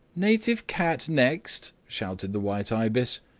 native cat, next! shouted the white ibis.